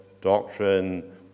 doctrine